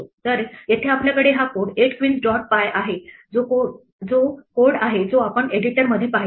तर येथे आपल्याकडे हा कोड 8 क्वीन्स डॉट py आहे जो कोड आहे जो आपण एडिटरमध्ये पाहिला आहे